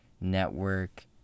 network